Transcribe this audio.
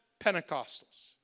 Pentecostals